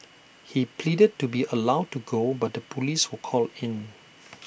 he pleaded to be allowed to go but the Police were called in